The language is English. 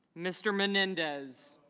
mr. menendez